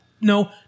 no